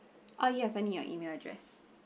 ah yes I need your email address